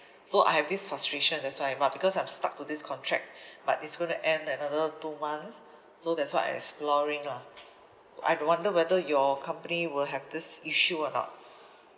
so I have this frustration that's why but because I'm stuck to this contract but it's gonna end another two months so that's why I exploring lah I wonder whether your company will have this issue or not